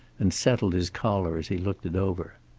and settled his collar as he looked it over.